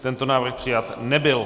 Tento návrh přijat nebyl.